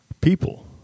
people